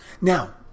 Now